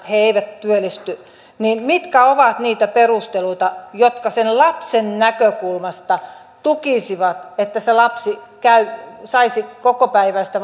he eivät työllisty mitkä ovat niitä perusteluita jotka sen lapsen näkökulmasta tukisivat että se lapsi saisi kokopäiväistä